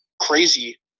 crazy